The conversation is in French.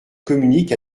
communique